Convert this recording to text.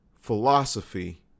philosophy